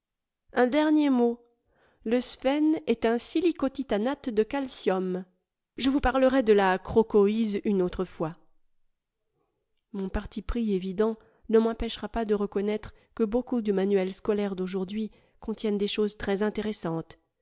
un dernier mot le sphène est un silicotitanate de calcium je vous parlerai de la crocoïse une autre fois mon parti pris évident ne m'empêchera pas de reconnaître que beaucoup de manuels scolaires d'aujourd'hui contiennent des choses très intéressantes